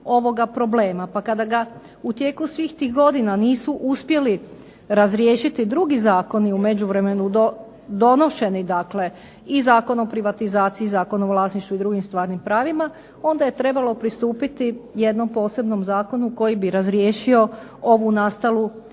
pa kada ga u tijeku svih tih godina nisu uspjeli razriješiti drugi zakoni u međuvremenu donošeni dakle i Zakon o privatizaciji, i Zakon o vlasništvu i drugim stvarnim pravima, onda je trebalo pristupiti jednom posebnom zakonu koji bi razriješio ovu nastalu situaciju.